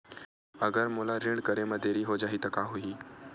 अगर मोला ऋण करे म देरी हो जाहि त का होही?